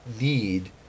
need